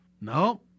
no